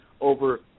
over